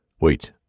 Wait